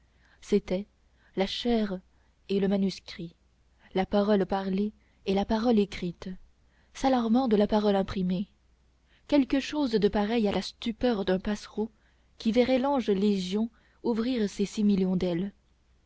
c'était la chaire et le manuscrit la parole parlée et la parole écrite s'alarmant de la parole imprimée quelque chose de pareil à la stupeur d'un passereau qui verrait l'ange légion ouvrir ses six millions d'ailes